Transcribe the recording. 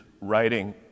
writing